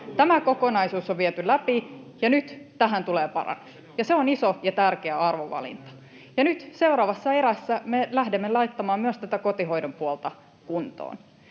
Tämä kokonaisuus on viety läpi, ja nyt tähän tulee parannus, ja se on iso ja tärkeä arvovalinta. Nyt seuraavassa erässä me lähdemme laittamaan myös tätä kotihoidon puolta kuntoon.